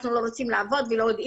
את הדעה שלנו על כל זה.